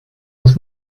muss